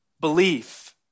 Belief